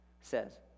says